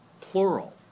plural